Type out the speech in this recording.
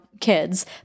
kids